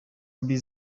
mbi